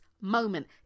Moment